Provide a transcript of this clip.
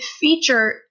feature